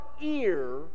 ear